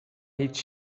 هیچ